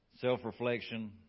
self-reflection